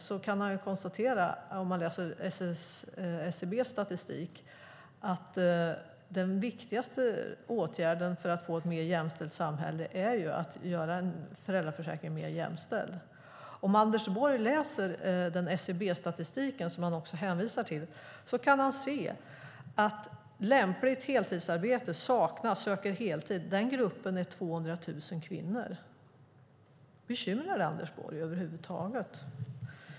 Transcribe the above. Då kan han konstatera, om han läser SCB:s statistik, att den viktigaste åtgärden för att få ett mer jämställt samhälle är att göra föräldraförsäkringen mer jämställd. Om Anders Borg läser den SCB-statistik som han hänvisar till kan han titta på "Lämpligt heltidsarbete saknas/söker heltid". Den gruppen är 200 000 kvinnor. Bekymrar det Anders Borg över huvud taget?